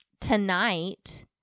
tonight